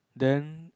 then